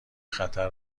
خطر